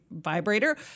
vibrator